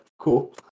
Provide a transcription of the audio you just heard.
cool